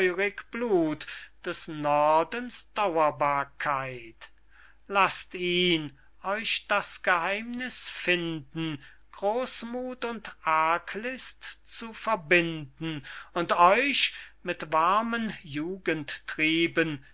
des nordens dau'rbarkeit laßt ihn euch das geheimniß finden großmuth und arglist zu verbinden und euch mit warmen